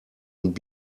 und